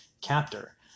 captor